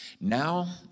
Now